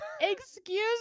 Excuse